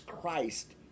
Christ